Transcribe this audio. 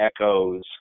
echoes